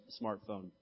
smartphone